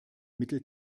mittel